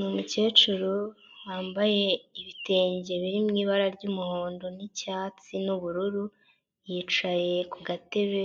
umukecuru wambaye ibitenge biri mu ibara ry'umuhondo n'icyatsi n'ubururu; yicaye ku gatebe,